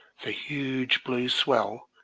the huge blue swell,